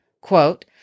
quote